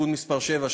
תיקון מס' 7,